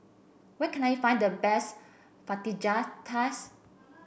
where can I find the best Fajitas